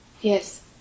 Yes